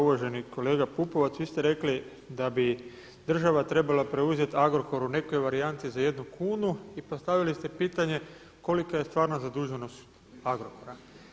Uvaženi kolega Pupovac, vi ste rekli da bi država trebala preuzeti Agrokor u nekoj varijanti za 1 kunu i postavili ste pitanje kolika je stvarna zaduženost Agrokora.